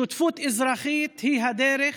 שותפות אזרחית היא הדרך